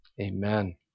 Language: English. amen